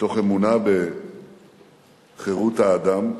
מתוך אמונה בחירות האדם,